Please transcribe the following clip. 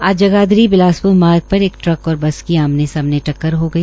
आज जगाधरी बिलासप्र मार्ग पर एक ट्रक और बस की आमने सामने टक्कर हो गई